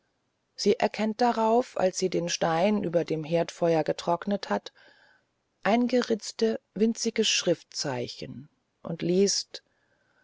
sie erkennt darauf als sie den stein über dem herdfeuer getrocknet hat eingeritzte winzige schriftzeichen und liest